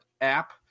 app